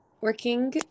working